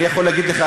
אני יכול להגיד לך,